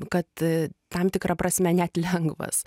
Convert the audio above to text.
kad tam tikra prasme net lengvas